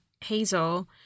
Hazel